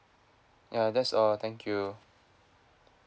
ya that's all thank you